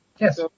Yes